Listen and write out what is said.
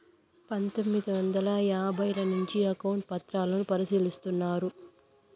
పందొమ్మిది వందల యాభైల నుంచే అకౌంట్ పత్రాలను పరిశీలిస్తున్నారు